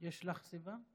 יש לך סיבה?